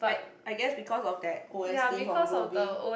I guess because of that o_s_t from Globin